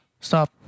Stop